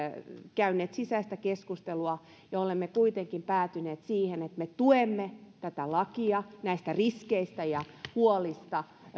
käyneet sisäistä keskustelua ja olemme kuitenkin päätyneet siihen että me tuemme tätä lakia näistä riskeistä ja huolista